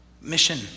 Mission